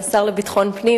השר לביטחון פנים,